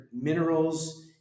minerals